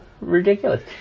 ridiculous